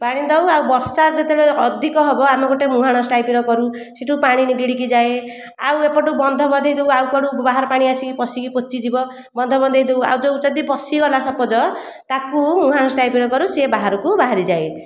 ପାଣି ଦେଉ ଆଉ ବର୍ଷା ଯେତବେଳେ ଅଧିକ ହେବ ଆମେ ଗୋଟେ ମୁହାଣ ଟାଇପର କରୁ ସେଠୁ ପାଣି ନିଗିଡିକି ଯାଏ ଆଉ ଏପଟୁ ବନ୍ଧ ବନ୍ଧେଇ ଦେବୁ ଆଉ କୁଆଡ଼ୁ ବାହାର ପାଣି ଆସିକି ପଶିକି ପଚିଯିବ ବନ୍ଧ ବନ୍ଧେଇଦବୁ ଆଉ ଯେଉଁ ଯଦି ପଶିଗଲା ସପୋଜ ତାକୁ ମୁହାଣ ଟାଇପର କରୁ ସେ ବାହାରକୁ ବାହାରିଯାଏ